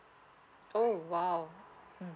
oh !wow! mm